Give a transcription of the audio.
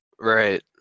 Right